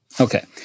Okay